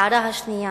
הערה שנייה: